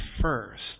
first